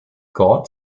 god